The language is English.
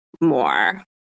more